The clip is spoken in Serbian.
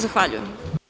Zahvaljujem.